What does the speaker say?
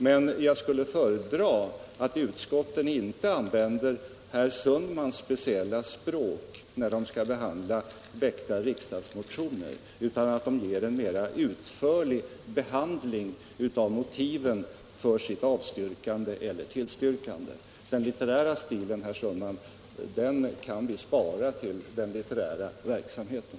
Men jag skulle föredra att utskotten inte använder herr Sundmans speciella språk när de skall behandla väckta riksdagsmotioner, utan mera utförligt redovisar motiven för sitt avstyrkande eller tillstyrkande. Den litterära stilen, herr Sundman, kan sparas till den litterära verksamheten.